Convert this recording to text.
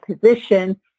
position